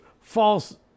false